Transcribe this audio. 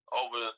over